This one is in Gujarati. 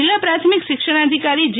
જિલ્લા પ્રાથમિક શિક્ષણાધિકારી જે